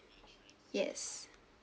yes